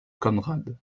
conrad